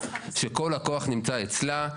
שכל הכוח נמצא אצלה,